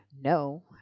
no